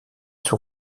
son